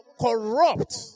corrupt